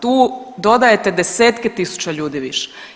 Tu dodajete desetke tisuća ljudi više.